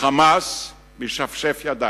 ה"חמאס" משפשף ידיים.